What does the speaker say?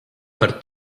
per